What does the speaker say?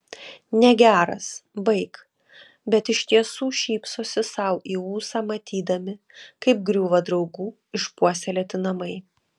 negeras baik bet iš tiesų šypsosi sau į ūsą matydami kaip griūva draugų išpuoselėti namai